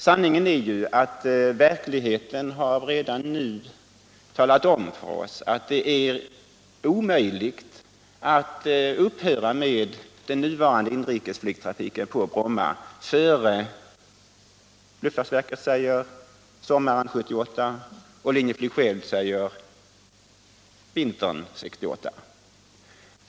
Sanningen är ju att verkligheten redan nu har talat om för oss att det är omöjligt att upphöra med den nuvarande inrikes flygtrafiken på Bromma före sommaren 1978 enligt luftfartsverket — Linjeflyg säger vintern 1978.